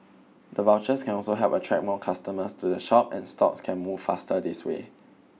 the vouchers can also help attract more customers to the shop and stocks can move faster this way